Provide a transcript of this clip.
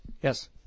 Yes